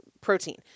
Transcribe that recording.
protein